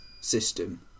system